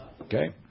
Okay